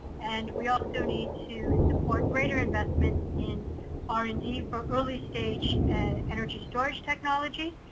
and we also need to support greater investments in r and d for early stage at energy storage technology,